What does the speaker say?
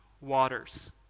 waters